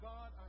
God